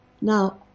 Now